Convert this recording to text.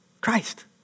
Christ